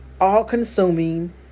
all-consuming